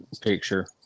picture